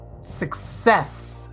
success